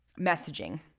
messaging